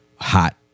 hot